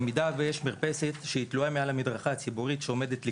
במידה ויש מרפסת שתלויה מעל המדרכה הציבורית והיא עומדת לקרוס,